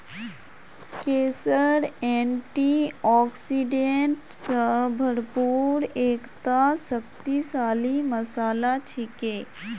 केसर एंटीऑक्सीडेंट स भरपूर एकता शक्तिशाली मसाला छिके